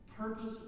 Purpose